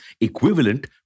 equivalent